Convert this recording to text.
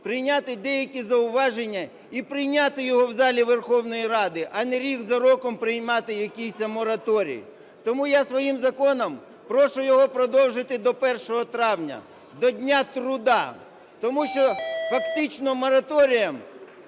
прийняти деякі зауваження і прийняти його в залі Верховної Ради, а не рік за роком приймати якийсь мораторій. Тому я своїм законом прошу його продовжити до 1 травня – до Дня труда, тому що фактично мораторієм,